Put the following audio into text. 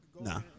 Nah